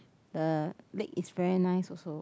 the lake is very nice also